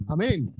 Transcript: Amen